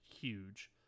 huge